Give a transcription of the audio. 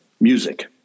music